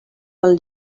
pel